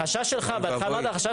החשש שלך הוא קופה.